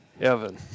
Evan